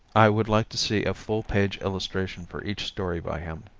i would like to see a full page illustration for each story by him.